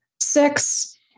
six